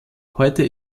heute